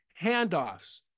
handoffs